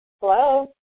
Hello